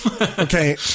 Okay